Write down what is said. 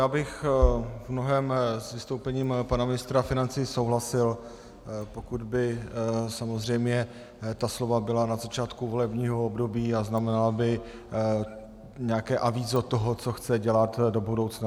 Já bych v mnohém s vystoupením pana ministra financí souhlasil, pokud by samozřejmě ta slova byla na začátku volebního období a znamenala by nějaké avízo toho, co chce dělat do budoucna.